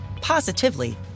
positively